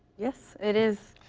yes, it is.